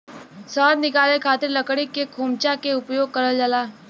शहद निकाले खातिर लकड़ी के खोमचा के उपयोग करल जाला